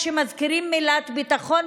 כשמזכירים את המילה "ביטחון",